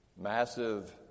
massive